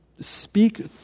speak